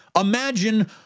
imagine